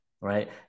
right